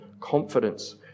confidence